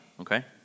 okay